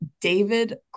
David